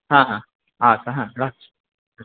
হ্যাঁ হ্যাঁ আচ্ছা হ্যাঁ রাখছি হ্যাঁ